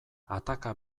ataka